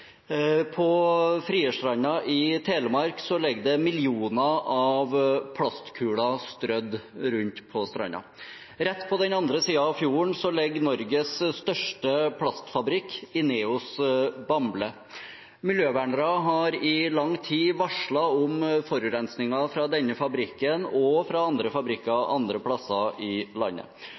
På Frierstranda i Telemark ligger det millioner av plastkuler strødd rundt. Rett overfor, på den andre siden av fjorden, ligger Norges største plastfabrikk, INEOS Bamble. Miljøvernere har i lang tid varslet om forurensingen fra denne fabrikken og fra andre fabrikker andre plasser i landet.